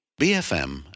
BFM